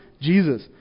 Jesus